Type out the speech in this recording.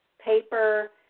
paper